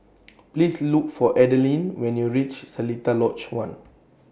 Please Look For Adilene when YOU REACH Seletar Lodge one